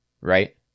right